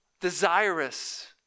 desirous